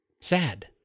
sad